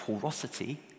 porosity